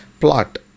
Plot